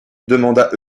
demanda